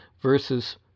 versus